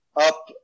up